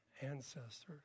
ancestors